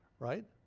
right?